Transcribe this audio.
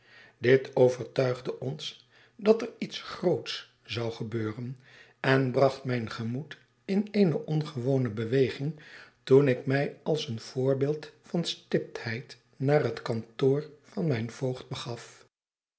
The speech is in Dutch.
dit overtuigde ons dat er iets groots zou gebeuren en bracht mijn gemoed in eene ongewone beweging toen ik mij als een voorbeeld van stiptheid naar het kantoor van mijn voogd begaf